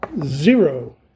Zero